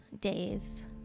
days